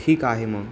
ठीक आहे मग